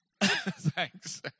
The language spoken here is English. Thanks